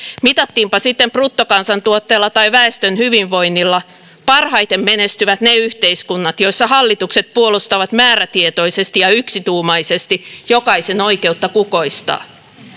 mitattiinpa sitten bruttokansantuotteella tai väestön hyvinvoinnilla parhaiten menestyvät ne yhteiskunnat joissa hallitukset puolustavat määrätietoisesti ja yksituumaisesti jokaisen oikeutta kukoistaa